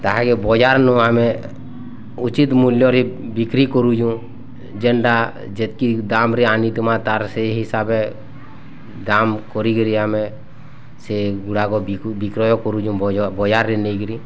ତାହାକେ ବଜାରନୁ ଆମେ ଉଚିତ୍ ମୂଲ୍ୟରେ ବିକ୍ରି କରୁଛୁଁ ଯେନ୍ତା ଯେତିକି ଦାମ୍ରେ ଆନିଥିମା ତାର୍ ସେଇ ହିସାବେ କାମ୍ କରି କରି ଆମେ ସେଗୁଡ଼ାକ ବିକୁ ବିକ୍ରୟ କରୁଛୁଁ ବଜ ବଜାର୍ରେ ନେଇକିରି